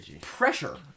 pressure